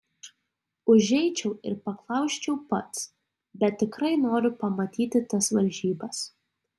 užeičiau ir paklausčiau pats bet tikrai noriu pamatyti tas varžybas